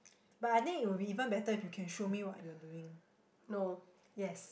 but I think it will even better if you can show me what you are doing yes